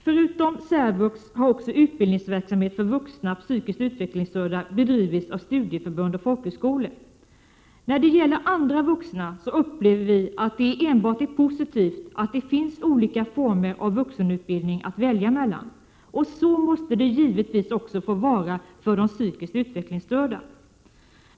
Förutom särvux har också utbildningsverksamhet för vuxna psykiskt utvecklingsstörda bedrivits av studieförbund och folkhögskolor. När det gäller andra vuxna upplever vi att det enbart är positivt att det finns 143 olika former av vuxenutbildning att välja mellan. Så måste det givetvis också få vara för de psykiskt utvecklingsstörda.